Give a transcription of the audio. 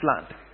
land